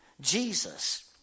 Jesus